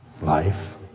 Life